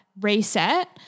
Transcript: reset